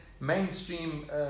mainstream